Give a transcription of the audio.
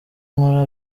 nkora